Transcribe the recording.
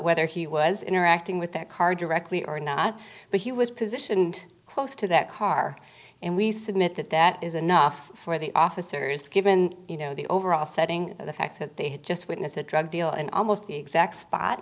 whether he was interacting with that car directly or not but he was positioned close to that car and we submit that that is enough for the officers given you know the overall setting the fact that they had just witnessed a drug deal and almost the exact spot